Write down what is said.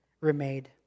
remade